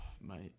Mate